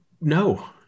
No